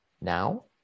now